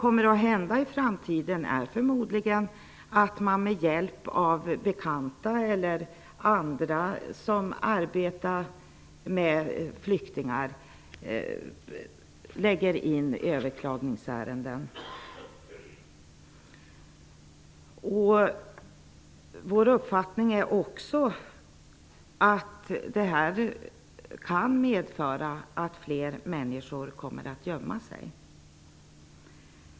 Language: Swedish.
Det som händer i framtiden är förmodligen att man med hjälp av bekanta eller andra som arbetar med flyktingar kommer att överklaga besluten i sina ärenden. Vi anser också att detta kan medföra att fler människor kommer att gömma sig.